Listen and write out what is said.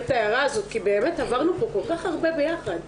את ההערה הזאת כי באמת עברנו פה כל כך הרבה ביחד.